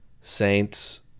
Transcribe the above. Saints